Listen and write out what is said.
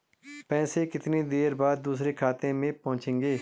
पैसे कितनी देर बाद दूसरे खाते में पहुंचेंगे?